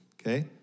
Okay